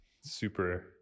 super